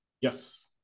yes